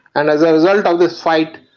and as a result of this fight,